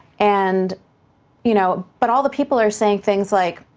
and you know but all the people are saying things like,